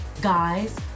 guys